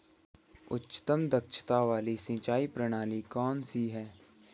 उच्चतम दक्षता वाली सिंचाई प्रणाली कौन सी है?